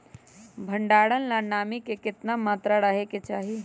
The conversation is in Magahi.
भंडारण ला नामी के केतना मात्रा राहेके चाही?